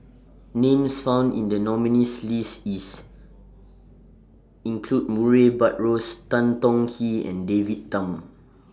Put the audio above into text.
Names found in The nominees' list IS include Murray Buttrose Tan Tong Hye and David Tham